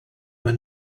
were